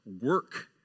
work